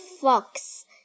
fox